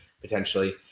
potentially